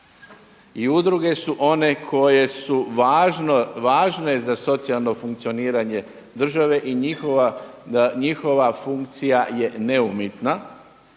i udruge su one koje su važne za socijalno funkcioniranje države i njihova funkcija je … i